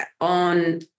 on